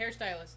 hairstylist